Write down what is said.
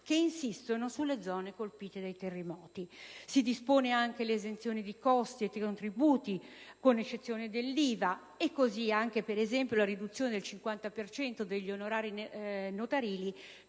che insistono sulle zone colpite dal terremoto. Si dispone, inoltre, l'esenzione da costi e tributi, con eccezione dell'IVA, e così anche, per esempio, la riduzione del 50 per cento degli onorari notarili